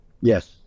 Yes